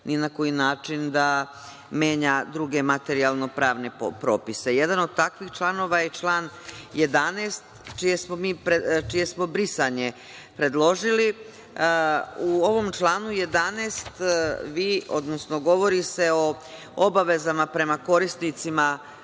ni na koji način da menja druge materijalno-pravne propise. Jedan od takvih članova je član 11, čije smo brisanje predložili. U ovom članu 11. govori se o obavezama prema korisnicima